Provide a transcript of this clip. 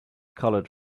colored